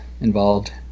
involved